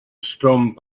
strong